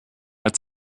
als